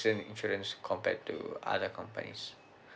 accident insurance compared to other companies